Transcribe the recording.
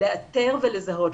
לאתר ולזהות,